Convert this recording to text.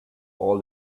all